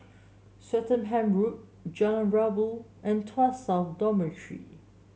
Swettenham Road Jalan Rabu and Tuas South Dormitory